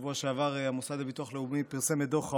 שבשבוע שעבר המוסד לביטוח לאומי פרסם את דוח העוני.